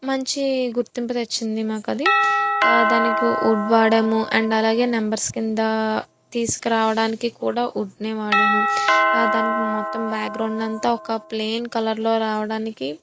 మంచి గుర్తింపు తెచ్చింది మాకది దానికి వుడ్ వాడాము అండ్ అలాగే నెంబర్స్ కిందా తీసుకురావడానికి కూడా వుడ్నే వాడాము దానికి మొత్తం బ్యాక్గ్రౌండ్ అంతా ఒక ప్లేన్ కలర్లో రావడానికి